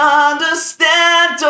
understand